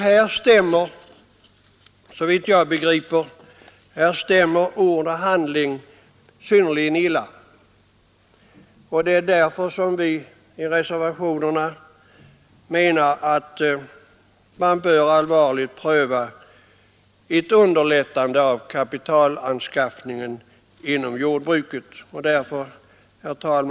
Här stämmer, såvitt jag begriper, ord och handling synnerligen illa överens. Det är därför som vi i reservationerna menar att man allvarligt bör pröva ett underlättande av kapitalanskaffningen inom jordbruket. Herr talman!